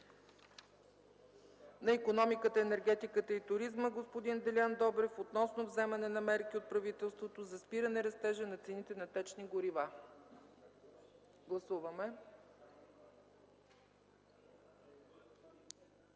на икономиката, енергетиката и туризма господин Делян Добрев относно вземане на мерки от правителството за спиране растежа на цените на течните горива. Гласуваме.